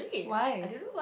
why